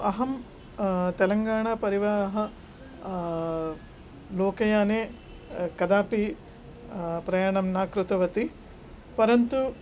अहं तेलङ्गणापरिवाहन लोकयाने कदापि प्रयाणं न कृतवती परन्तु